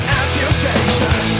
amputation